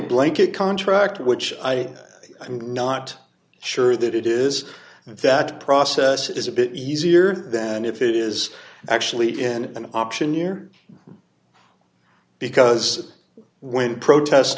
blanket contract which i i'm not sure that it is that process is a bit easier than if it is actually in an option year because when protest